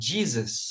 Jesus